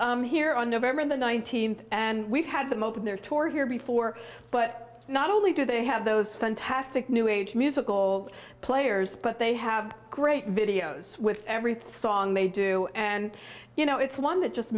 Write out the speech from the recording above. it's here on november the nineteenth and we've had them open their tour here before but not only do they have those fantastic new age musical players but they have great videos with everything song they do and you know it's one that just